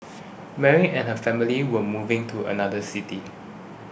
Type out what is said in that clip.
Mary and her family were moving to another city